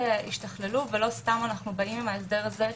השתכללו ולא סתם אנחנו באים עם ההסדר הזה.